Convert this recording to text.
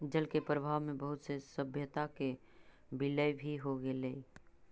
जल के प्रवाह में बहुत से सभ्यता के विलय भी हो गेलई